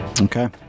Okay